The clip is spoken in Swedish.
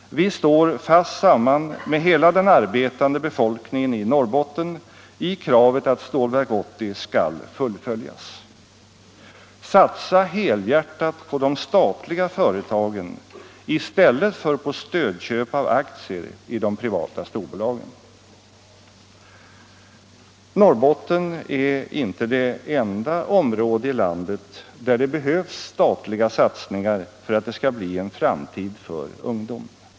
Vi står fast samman med hela den arbetande befolkningen i Norrbotten i kravet på att Stålverk 80 skall fullföljas. Satsa helhjärtat på de statliga företagen i stället för på stödköp av aktier i de privata storbolagen! Norrbotten är inte det enda område i landet där det behövs statliga satsningar för att det skall bli en framtid för ungdomen.